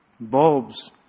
bulbs